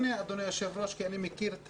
אולי לפני כן תאפשר לי לדבר כי אני מכיר את